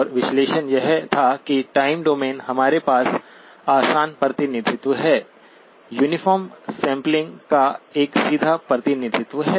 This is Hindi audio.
और विश्लेषण यह था कि टाइम डोमेन हमारे पास आसान प्रतिनिधित्व है यूनिफार्म सैंपलिंग का एक सीधा प्रतिनिधित्व है